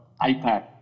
iPad